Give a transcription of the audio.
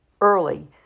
early